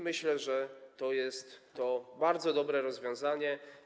Myślę, że to jest to bardzo dobre rozwiązanie.